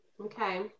Okay